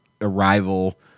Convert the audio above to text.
arrival